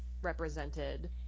Represented